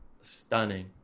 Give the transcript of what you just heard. Stunning